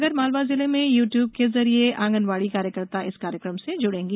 आगरमालवा जिले में यूट्यूब के जरिए आंगनबाड़ी कार्यकर्ता इस कार्यक्रम से जुड़ेंगी